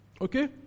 Okay